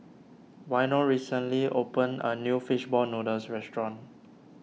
Waino recently opened a new Fish Ball Noodles Restaurant